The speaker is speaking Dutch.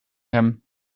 hem